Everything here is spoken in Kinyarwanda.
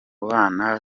bana